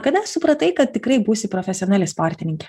kada supratai kad tikrai būsi profesionali sportininkė